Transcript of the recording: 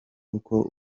uko